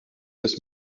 dass